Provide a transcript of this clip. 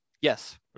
Yes